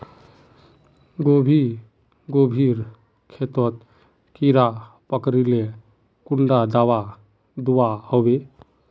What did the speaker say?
गोभी गोभिर खेतोत कीड़ा पकरिले कुंडा दाबा दुआहोबे?